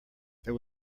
there